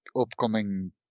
upcoming